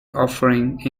offering